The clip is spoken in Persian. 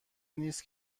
نیست